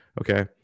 okay